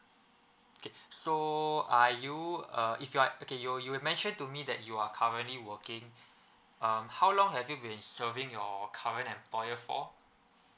okay so are you uh if you are okay you you've mentioned to me that you are currently working um how long have you been serving your current employer for